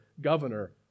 governor